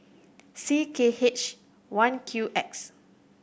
C K H one Q X